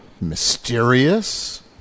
mysterious